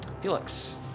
Felix